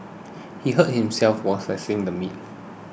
he hurt himself while slicing the meat